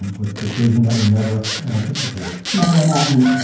with precision that we never anticipated. never imagined.